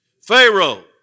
Pharaoh